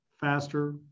faster